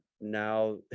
now